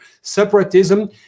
separatism